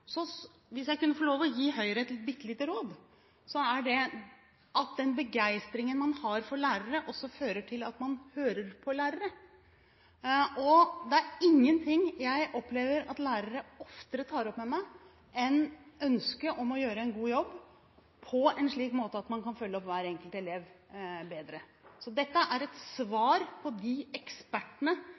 Så dette har ligget i kortene hele veien. Hvis jeg kunne få lov til å gi Høyre et bitte lite råd, er det å la den begeistringen man har for lærere, også føre til at man hører på lærere. Det er ingenting jeg opplever at lærere oftere tar opp med meg, enn ønsket om å gjøre en god jobb på en slik måte at man kan følge opp hver enkelt elev bedre. Dette er et svar til disse ekspertene,